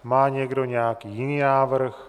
Má někdo nějaký jiný návrh?